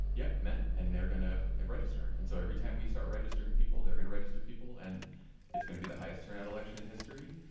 yeah, men, and they're going to register them. um and so every time we start registering people, they're going to register people. and it's going to be the highest turnout election in history,